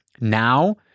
now-